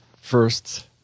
first